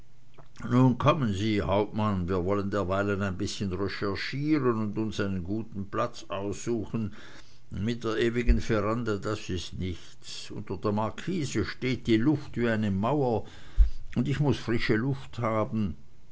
nun kommen sie hauptmann wir wollen derweilen ein bißchen recherchieren und uns einen guten platz aussuchen mit der ewigen veranda das is nichts unter der markise steht die luft wie ne mauer und ich muß frische luft haben